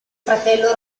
fratello